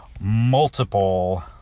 multiple